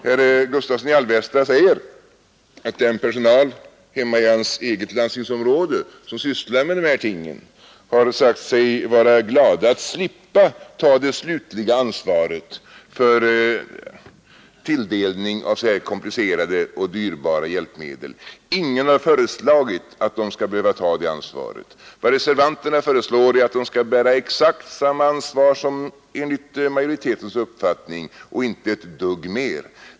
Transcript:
Herr Gustavsson i Alvesta säger att den personal hemma i hans eget landstingsområde som sysslar med de här tingen har sagt sig vara glad att slippa ta det slutliga ansvaret för tilldelning av så här komplicerade och dyrbara hjälpmedel. Ingen har föreslagit att de skall behöva ta det ansvaret. Vad reservanterna föreslår är att de skall bära exakt samma ansvar som enligt majoritetens uppfattning och icke ett dugg mer.